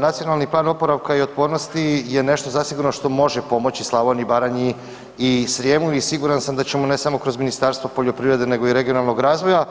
Nacionalni plan oporavka i otpornosti je nešto zasigurno što može pomoći Slavoniji, Baranji i Srijemu i siguran sam da ćemo ne samo kroz Ministarstvo poljoprivrede nego i regionalnog razvoja